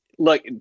Look